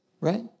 right